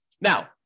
Now